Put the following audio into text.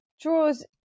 draws